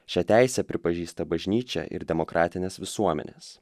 šią teisę pripažįsta bažnyčia ir demokratinės visuomenės